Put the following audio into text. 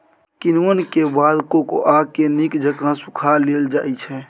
किण्वन के बाद कोकोआ के नीक जकां सुखा लेल जाइ छइ